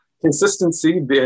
Consistency